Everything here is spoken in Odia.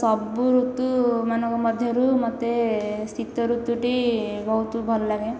ସବୁ ଋତୁମାନଙ୍କ ମଧ୍ୟରୁ ମୋତେ ଶୀତ ଋତୁଟି ବହୁତ ଭଲ ଲାଗେ